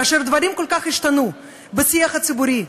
כאשר הדברים כל כך השתנו בשיח הציבורי,